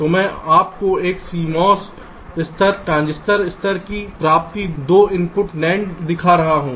तो मैं आपको एक CMOS स्तर ट्रांजिस्टर स्तर की प्राप्ति 2 इनपुट NAND दिखा रहा हूं